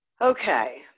Okay